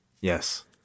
Yes